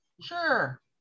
sure